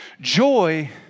Joy